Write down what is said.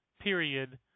period